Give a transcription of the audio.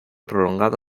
prolongado